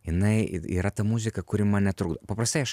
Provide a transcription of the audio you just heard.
jinai yra ta muzika kuri man netrukdo paprastai aš